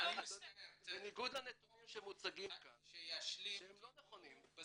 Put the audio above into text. -- בניגוד לנתונים שהוצגו כאן שהם לא נכונים,